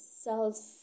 self